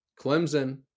Clemson